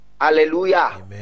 Hallelujah